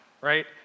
right